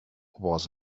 was